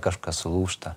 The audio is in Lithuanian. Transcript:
kažkas sulūžta